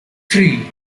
three